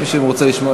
מי שרוצה לשמוע,